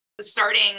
starting